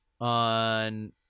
on